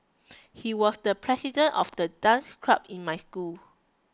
he was the president of the dance club in my school